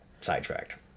sidetracked